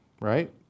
right